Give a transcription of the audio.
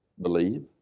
believe